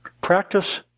Practice